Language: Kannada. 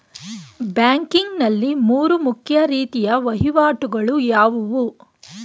ಬ್ಯಾಂಕಿಂಗ್ ನಲ್ಲಿ ಮೂರು ಮುಖ್ಯ ರೀತಿಯ ವಹಿವಾಟುಗಳು ಯಾವುವು?